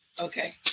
okay